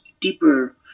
deeper